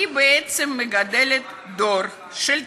היא בעצם מגדלת דור של צעירים,